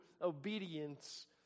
obedience